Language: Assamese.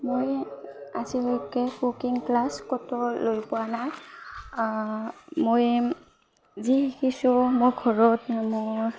মই আজিলৈকে কুকিং ক্লাছ ক'তো লৈ পোৱা নাই মই যি শিকিছোঁ মোৰ ঘৰত মোৰ